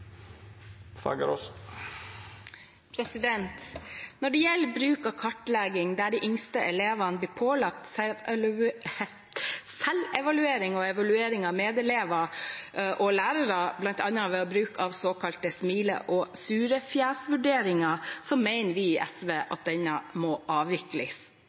arbeidet. Når det gjelder bruk av kartlegging der de yngste elevene blir pålagt selvevaluering og evaluering av medelever og lærere, bl.a. ved bruk av såkalte smilefjes- og surefjesvurderinger, mener vi i SV at dette må